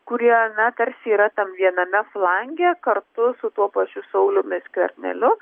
kurie na tarsi yra tam viename flange kartu su tuo pačiu sauliumi skverneliu